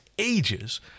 Ages